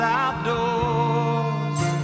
outdoors